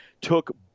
took